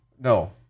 No